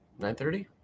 9.30